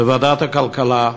בוועדת הכלכלה,